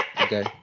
Okay